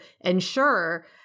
ensure